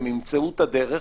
הם ימצאו את הדרך